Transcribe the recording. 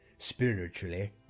spiritually